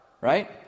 right